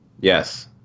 yes